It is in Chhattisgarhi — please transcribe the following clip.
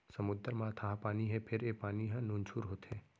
समुद्दर म अथाह पानी हे फेर ए पानी ह नुनझुर होथे